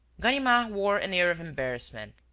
ganimard wore an air of embarrassment.